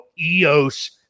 EOS